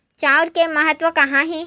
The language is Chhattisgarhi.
चांउर के महत्व कहां हे?